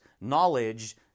knowledge